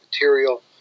material